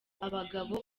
abagabo